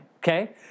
Okay